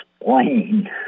explain